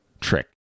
trick